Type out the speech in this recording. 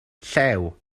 llew